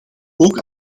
ook